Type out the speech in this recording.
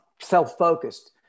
self-focused